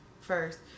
first